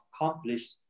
accomplished